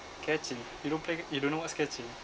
catching you don't play ca~ you don't know what's catching